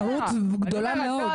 מהות גדולה מאוד.